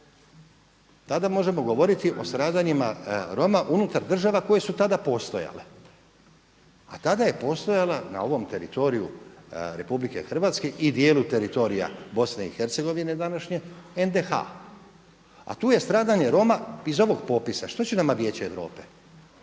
tada možemo govoriti o stradanjima Roma unutar država koje su tada postojale, a tada je postojala na ovom teritoriju RH i dijelu teritorija BiH današnje NDH a tu je stradanje Roma iz ovog popisa. Što će nama Vijeće Europe?